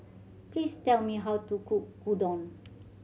please tell me how to cook Gyudon